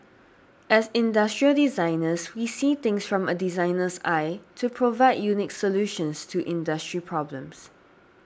as industrial designers we see things from a designer's eye to provide unique solutions to industry problems